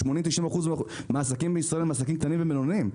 80%-90% מהעסקים בישראל הם עסקים קטנים ובינוניים,